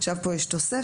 עכשיו פה יש תוספת: